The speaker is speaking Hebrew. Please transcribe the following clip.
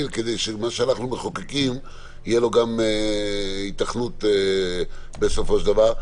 כדי שתהיה גם היתכנות בסופו של דבר למה שאנחנו מחוקקים.